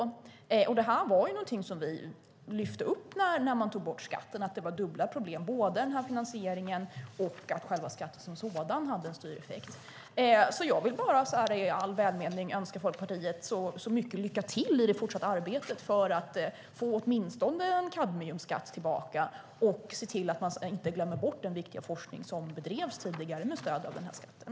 När man tog bort skatten lyfte vi fram att det fanns problem både med finansieringen och med att skatten som sådan hade en styreffekt. Jag vill bara i all välmening väldigt mycket önska Folkpartiet lycka till i det fortsatta arbetet med att åtminstone få tillbaka kadmiumskatten och med att se till att den viktiga forskning inte glöms bort som tidigare bedrevs med stöd den här skatten.